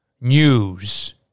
news